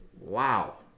Wow